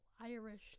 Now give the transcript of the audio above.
Irish